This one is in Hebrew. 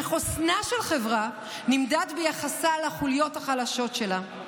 שחוסנה של חברה נמדד ביחסה לחוליות החלשות שלה.